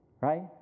Right